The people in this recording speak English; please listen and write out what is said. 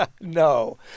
No